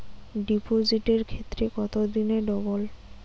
ডিপোজিটের ক্ষেত্রে কত দিনে ডবল?